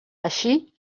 així